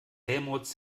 helmholtz